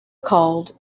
called